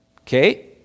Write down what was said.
Okay